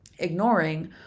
Ignoring